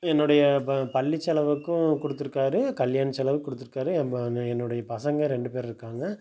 என்னுடைய ப பள்ளி செலவுக்கும் கொடுத்துருக்காரு கல்யாண செலவுக்கு கொடுத்துருக்காரு என்னுடைய பசங்க ரெண்டு பேர் இருக்காங்க